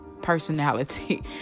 personality